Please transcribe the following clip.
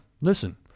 Listen